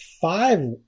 five